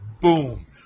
Boom